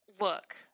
look –